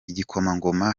igikomangoma